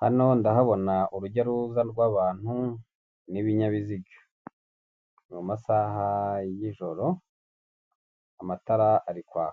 Hano ndahabona urujya n''uruza rw'abantu n'ibinyabiziga, mu masaha y'ijoro amatara ari kwa